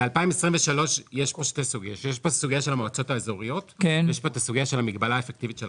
ל-2023 יש פה שתי סוגיות: זו של המועצות האזוריות ושל המגבלה האפקטיבית.